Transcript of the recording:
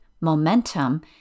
momentum